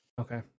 Okay